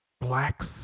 blacks